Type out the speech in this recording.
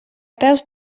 peus